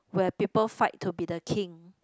where people fight to be the king